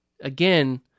again